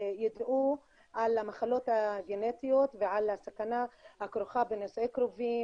שיידעו על המחלות הגנטיות ועל הסכנה הכרוכה בנישואי קרובים